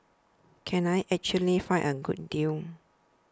can I actually find a good deal